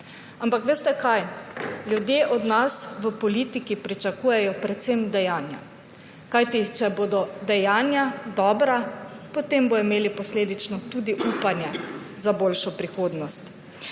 Ampak veste, kaj? Ljudje od nas v politiki pričakujejo predvsem dejanja. Kajti če bodo dejanja dobro, potem bodo imeli posledično tudi upanje na boljšo prihodnost.